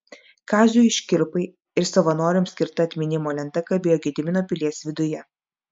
kaziui škirpai ir savanoriams skirta atminimo lenta kabėjo gedimino pilies viduje